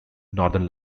northern